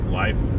life